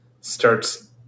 starts